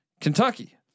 Kentucky